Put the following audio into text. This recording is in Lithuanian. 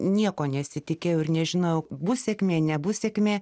nieko nesitikėjau ir nežinojau bus sėkmė nebus sėkmė